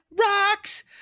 rocks